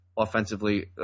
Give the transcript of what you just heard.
Offensively